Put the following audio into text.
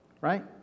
Right